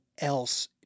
else